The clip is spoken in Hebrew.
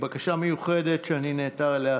בקשה מיוחדת שאני נעתר לה,